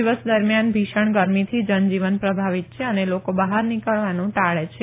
દિવસ દરમિયાન ભીષણ ગરમીથી જનજીવન પ્રભાવિત છે અને લોકો બહાર નીકળવાનું ટાળે છે